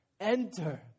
enter